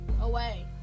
Away